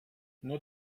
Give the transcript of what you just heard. nur